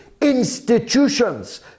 institutions